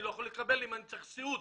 אני לא יכול לקבל אם אני צריך סיעוד.